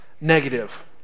negative